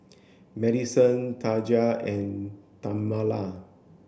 Madison Taja and Tamala